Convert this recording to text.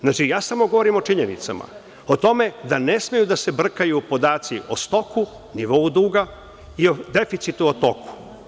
Znači, govorim samo o činjenicama, o tome da ne smeju da se brkaju podaci o toku o nivou duga i o deficitu o toku.